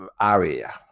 area